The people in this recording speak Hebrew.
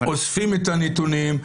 אוספים את הנתונים.